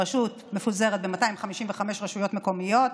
הרשות מפוזרת ב-255 רשויות מקומיות